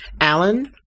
Alan